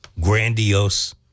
grandiose